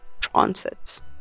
transits